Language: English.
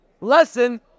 lesson